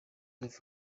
dove